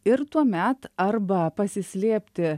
ir tuomet arba pasislėpti